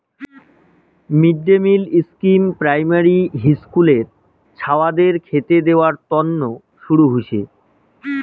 mid day meal scheme primary হিস্কুলের ছাওয়াদের খেতে দেয়ার তন্ন শুরু হসে